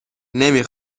نمی